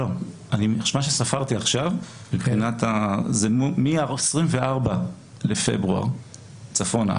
מה שספרתי עכשיו זה מה-24 בפברואר צפונה,